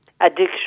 addiction